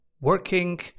working